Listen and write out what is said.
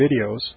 videos